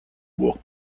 walked